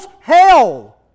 hell